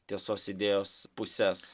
tiesos idėjos puses